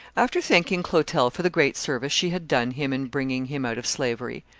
after thanking clotel for the great service she had done him in bringing him out of slavery,